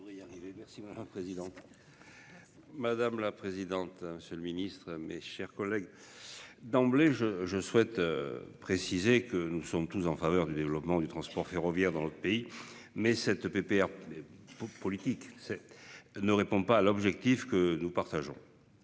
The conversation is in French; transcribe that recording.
Madame la présidente. Monsieur le Ministre, mes chers collègues. D'emblée, je, je souhaite. Préciser que nous sommes tous en faveur du développement du transport ferroviaire dans le pays. Mais cette pépère. Il faut politique. Ne répond pas à l'objectif que nous partageons.